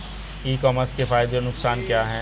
ई commerce के फायदे और नुकसान क्या हैं?